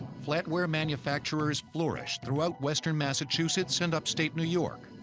flatware manufacturers flourished throughout western massachusetts and upstate new york,